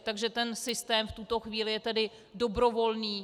Takže ten systém v tuto chvíli je tedy dobrovolný.